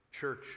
church